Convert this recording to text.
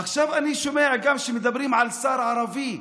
עכשיו אני גם שומע שמדברים על שר ערבי.